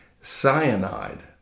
cyanide